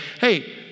Hey